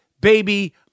baby